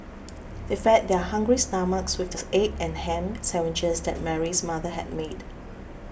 they fed their hungry stomachs with this egg and ham sandwiches that Mary's mother had made